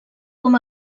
com